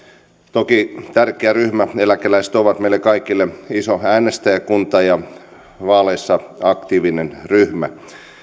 toki tärkeä ryhmä eläkeläiset ovat meille kaikille iso äänestäjäkunta ja vaaleissa aktiivinen ryhmä